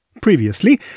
Previously